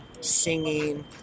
singing